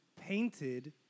painted